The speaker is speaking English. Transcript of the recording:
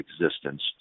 existence